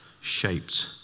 shaped